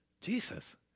Jesus